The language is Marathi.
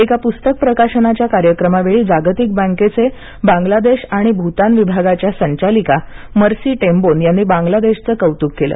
एका पुस्तक प्रकाशनाच्या कार्यक्रमावेळी जागतिक बँकेचे बांगलादेश आणि भूतान विभागाच्या संचालिका मर्सी टेम्बोन यांनी बांगलादेशचं कौतूक केलं